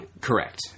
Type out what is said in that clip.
correct